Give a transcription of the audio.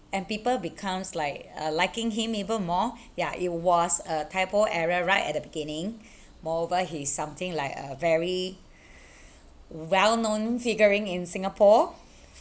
and people becomes like uh liking him even more yeah it was a typo error right at the beginning moreover he is something like a very well known figurine in singapore